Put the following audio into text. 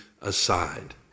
aside